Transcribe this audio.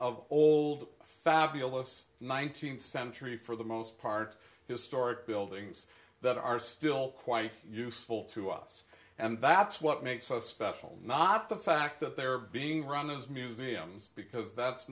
of old fabulous nineteenth century for the most part historic buildings that are still quite useful to us and that's what makes us special not the fact that they're being run as museums because that's